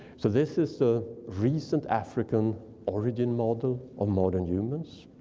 so this is the recent african origin model of modern humans.